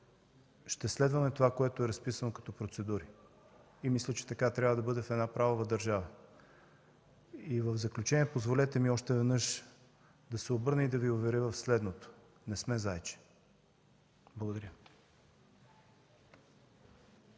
ще следваме това, което е разписано като процедури. Мисля, че така трябва да бъде в една правова държава. В заключение, позволете ми още веднъж да се обърна и да Ви уверя в следното: не сме зайче. Благодаря.